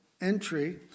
entry